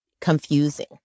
confusing